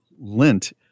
Lint